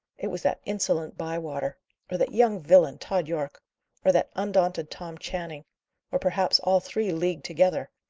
it was that insolent bywater or that young villain, tod yorke or that undaunted tom channing or perhaps all three leagued together!